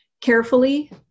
carefully